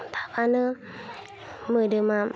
थाफानो मोदोमा